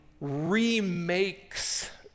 remakes